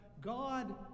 God